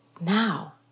Now